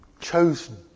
Chosen